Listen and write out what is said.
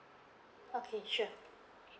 okay sure